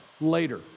later